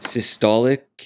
Systolic